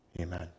Amen